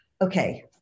okay